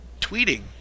tweeting